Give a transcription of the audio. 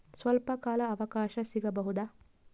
ಸ್ವಲ್ಪ ಕಾಲ ಅವಕಾಶ ಸಿಗಬಹುದಾ?